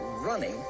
running